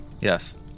Yes